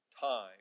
time